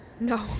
no